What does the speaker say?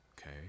Okay